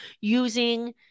using